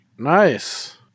Nice